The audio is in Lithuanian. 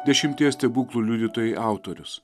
dešimties stebuklų liudytojai autorius